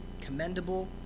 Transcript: commendable